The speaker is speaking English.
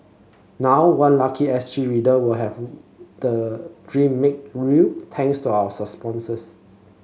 now one lucky S T reader will have the dream made real thanks to our sponsors